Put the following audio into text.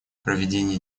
проведении